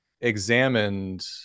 Examined